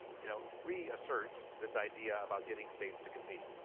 you know, reassert this idea about getting states to compete.